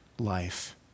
life